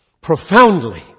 Profoundly